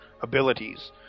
abilities